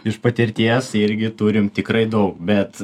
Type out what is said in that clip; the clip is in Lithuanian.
iš patirties irgi turim tikrai daug bet